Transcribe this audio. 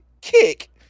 kick